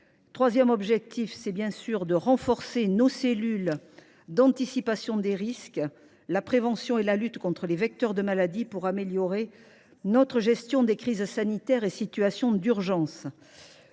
troisième objectif est, bien évidemment, de renforcer nos actions ciblées sur l’anticipation des risques, la prévention et la lutte contre les vecteurs de maladie pour améliorer notre gestion des crises sanitaires et des situations d’urgence.